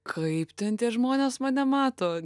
kaip ten tie žmonės mane mato